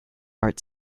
art